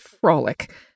Frolic